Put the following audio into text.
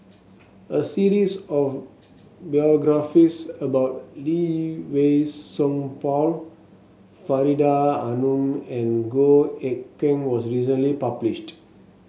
a series of biographies about Lee Wei Song Paul Faridah Hanum and Goh Eck Kheng was recently published